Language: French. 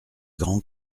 grand